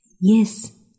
Yes